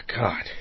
God